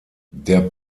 der